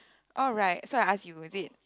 alright so I ask you is it